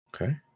Okay